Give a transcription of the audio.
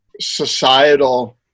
societal